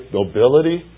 nobility